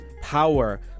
power